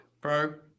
Bro